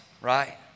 right